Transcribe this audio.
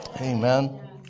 Amen